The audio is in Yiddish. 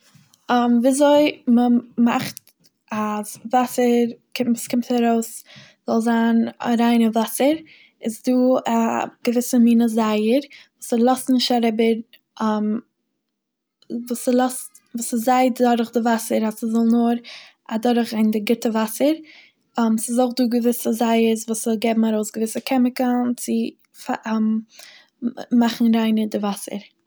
ווי אזוי מ'מאכט אז וואסער קומט ס'קומט ארויס זאל זיין ריינע וואסער, איז דא א געוויסע מינע זייער, ס'לאזט נישט אריבער וואס לאזט וואס ס'זייעט דורך די וואסער אז ס'זאל נאר אדורך גיין די גוטע וואסער, ס'איז אויך דא געוויסע זייערס וואס געבן ארויס געוויסע קעמיקאלן צו פאר- מאכן ריינער די וואסער.